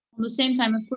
the same time, a quick,